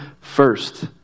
first